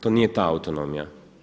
To nije ta autonomija.